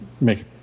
make